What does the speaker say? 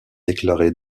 déclarés